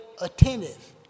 attentive